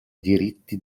diritti